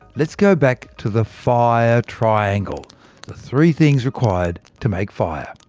let's go back to the fire triangle the three things required to make fire.